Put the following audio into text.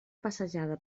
passejada